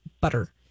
butter